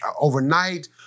overnight